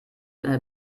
eine